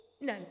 No